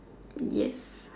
yes